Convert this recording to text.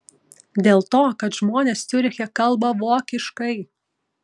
dėl to kad žmonės ciuriche kalba vokiškai